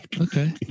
Okay